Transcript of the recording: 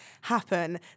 happen